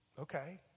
Okay